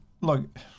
look